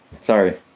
Sorry